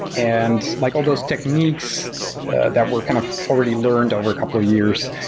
and like all those techniques that were kind of already learned over a couple of years,